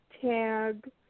tag